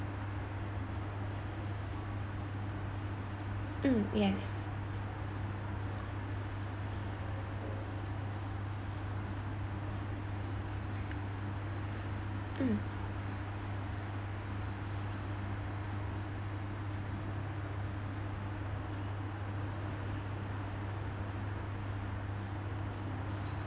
mm yes mm